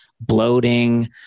bloating